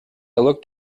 looked